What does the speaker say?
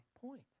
point